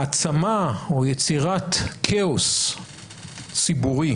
שהעצמה, או יצירת כאוס ציבורי